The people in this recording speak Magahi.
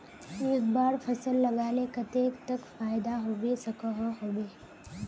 एक बार फसल लगाले कतेक तक फायदा होबे सकोहो होबे?